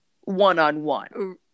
one-on-one